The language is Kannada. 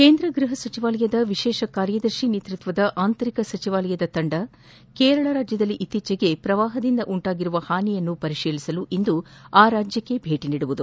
ಕೇಂದ್ರ ಗ್ರಹ ಸಚಿವಾಲಯದ ವಿಶೇಷ ಕಾರ್ಯದರ್ತಿ ನೇತೃತ್ವದ ಆಂತರಿಕ ಸಚಿವಾಲಯದ ತಂಡ ಕೇರಳದಲ್ಲಿ ಇತ್ತೀಚೆಗೆ ಪ್ರವಾಪದಿಂದಾಗಿ ಉಂಟಾಗಿರುವ ಹಾನಿ ಪರಿತೀಲಿಸಲು ಇಂದು ಆ ರಾಜ್ಯಕ್ಕೆ ಭೇಟಿ ನೀಡಲಿದೆ